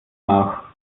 nach